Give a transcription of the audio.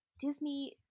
Disney